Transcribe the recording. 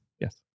Yes